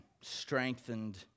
strengthened